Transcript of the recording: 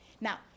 now